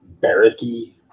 barracky